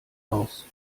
aus